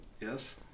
Yes